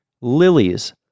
Lilies